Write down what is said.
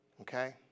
okay